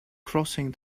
crossing